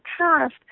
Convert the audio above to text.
past